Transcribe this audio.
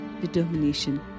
determination